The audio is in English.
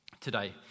today